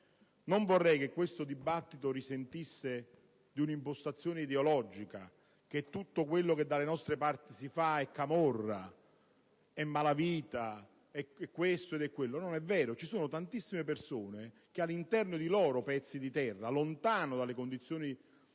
non vorrei che questo dibattito risentisse di un'impostazione ideologica, secondo cui tutto quello che dalle nostre parti si fa è camorra, è malavita. Non è vero: ci sono tantissime persone che all'interno di loro pezzi di terra, lontano dalle zone a rischio